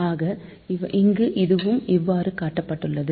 ஆக இங்கே அதுவும் இவ் வாறு காட்டப்பட்டுள்ளது